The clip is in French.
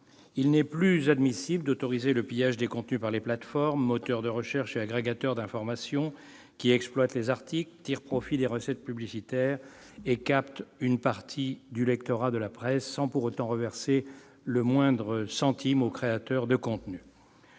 Il n'est plus admissible d'autoriser le pillage des contenus par les plateformes, moteurs de recherche et agrégateurs d'informations, qui exploitent les articles, tirent profit des recettes publicitaires et captent une partie du lectorat de la presse, sans pour autant reverser le moindre centime aux créateurs de contenus.